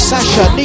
Sasha